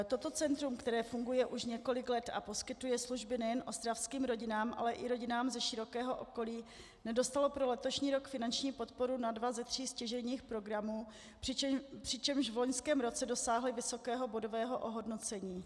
Toto centrum, které funguje už několik let a poskytuje služby nejen ostravským rodinám, ale i rodinám ze širokého okolí, nedostalo pro letošní rok finanční podporu na dva ze tří stěžejních programů, přičemž v loňském roce dosáhlo vysokého bodového ohodnocení.